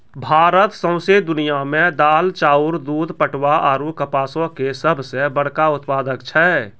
भारत सौंसे दुनिया मे दाल, चाउर, दूध, पटवा आरु कपासो के सभ से बड़का उत्पादक छै